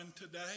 today